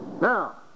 Now